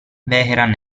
vehrehan